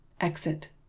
Exit